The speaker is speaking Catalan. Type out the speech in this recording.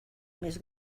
més